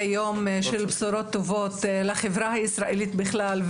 יום של בשורות טובות לחברה הישראלית בכלל,